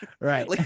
right